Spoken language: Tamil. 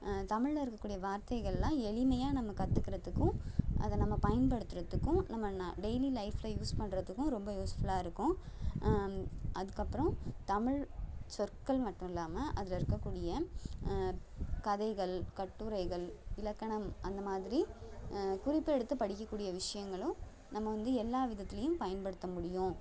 தமிழில் இருக்கக்கூடிய வார்த்தைகள்லாம் எளிமையாக நம்ம கற்றுக்கறத்துக்கும் அதை நம்ம பயன்படுத்துறத்துக்கும் நம்ம ந டெய்லி லைப்பில் யூஸ் பண்ணுறத்துக்கும் ரொம்ப யூஸ்ஃபுல்லாக இருக்கும் அதுக்கப்புறம் தமிழ் சொற்கள் மட்டும் இல்லாமல் அதில் இருக்கக்கூடிய க கதைகள் கட்டுரைகள் இலக்கணம் அந்த மாதிரி குறிப்பெடுத்து படிக்கக்கூடிய விஷயங்களும் நம்ம வந்து எல்லா விதத்துலேயும் பயன்படுத்த முடியும்